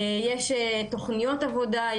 יש תוכניות עבודה,